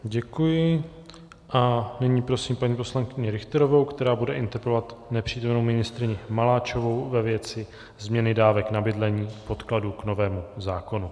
Děkuji a nyní prosím paní poslankyni Richterovou, která bude interpelovat nepřítomnou ministryni Maláčovou ve věci změny dávek na bydlení, podkladu k novému zákonu.